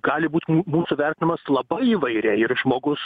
gali būt mūsų vertinamas labai įvairiai ir žmogus